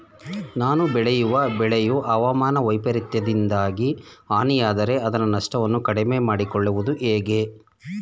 ನಾನು ಬೆಳೆಯುವ ಬೆಳೆಯು ಹವಾಮಾನ ವೈಫರಿತ್ಯದಿಂದಾಗಿ ಹಾನಿಯಾದರೆ ಅದರ ನಷ್ಟವನ್ನು ಕಡಿಮೆ ಮಾಡಿಕೊಳ್ಳುವುದು ಹೇಗೆ?